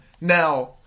now